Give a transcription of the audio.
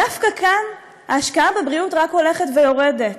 דווקא כאן ההשקעה בבריאות רק הולכת ויורדת.